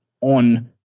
on